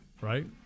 Right